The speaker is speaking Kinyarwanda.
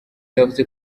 yavuze